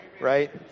right